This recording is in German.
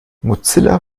mozilla